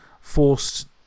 forced